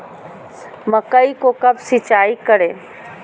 मकई को कब सिंचाई करे?